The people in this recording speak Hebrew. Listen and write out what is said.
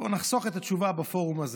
נחסוך את התשובה בפורום הזה,